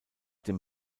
dem